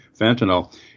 fentanyl